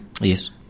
Yes